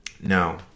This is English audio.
No